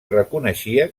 reconeixia